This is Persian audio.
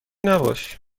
نباش